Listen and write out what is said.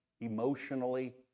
emotionally